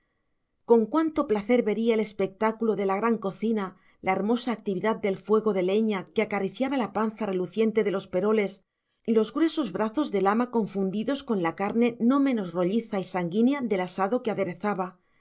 con cuánto placer vería el espectáculo de la gran cocina la hermosa actividad del fuego de leña que acariciaba la panza reluciente de los peroles los gruesos brazos del ama confundidos con la carne no menos rolliza y sanguínea del asado que aderezaba